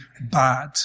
bad